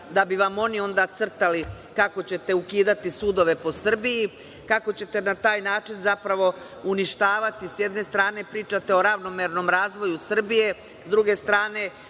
da bi vam oni onda crtali kako ćete ukidati sudove po Srbiji, kako ćete na taj način zapravo uništavati. Sjedne strane pričate o ravnomernom razvoju Srbije, s druge strane